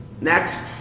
Next